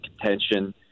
contention